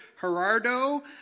Gerardo